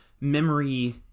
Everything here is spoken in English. memory